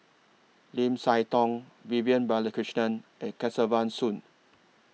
Lim Siah Tong Vivian Balakrishnan and Kesavan Soon